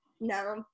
no